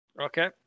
okay